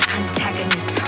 antagonist